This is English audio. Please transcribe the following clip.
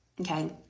Okay